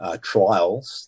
trials